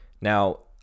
Now